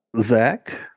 Zach